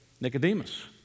Nicodemus